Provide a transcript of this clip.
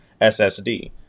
SSD